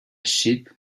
sheep